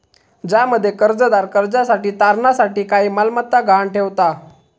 ज्यामध्ये कर्जदार कर्जासाठी तारणा साठी काही मालमत्ता गहाण ठेवता